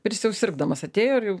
ir jis jau sirgdamas atėjo ir